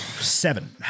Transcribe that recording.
Seven